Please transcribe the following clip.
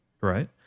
right